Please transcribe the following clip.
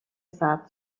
ثبت